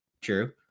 True